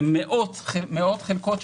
מאות חלקות,